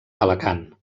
alacant